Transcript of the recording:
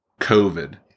covid